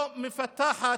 לא מפתחת,